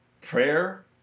Prayer